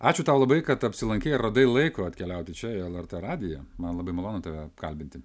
ačiū tau labai kad apsilankei ir radai laiko atkeliauti čia į lrt radiją man labai malonu tave kalbinti